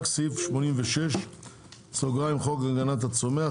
רק סעיף 86 (חוק הגנת הצומח),